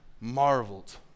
marveled